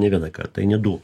ne vieną kartą i ne du